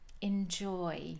enjoy